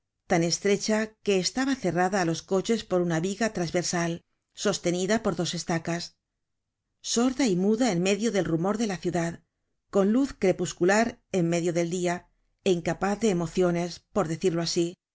tan estrecha que estaba cerrada á los coches por una viga trasversal sostenida por dos estacas sorda y muda en medio del rumor de la ciudad con luz crepuscular en medio del dia é incapaz de emociones por decirlo asi